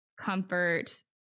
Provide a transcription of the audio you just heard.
Comfort